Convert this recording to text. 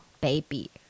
baby